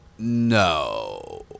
No